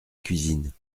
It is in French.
cuisine